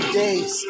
days